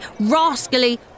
rascally